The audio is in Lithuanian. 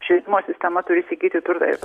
švietimo sistema turi įsigyti turtą ir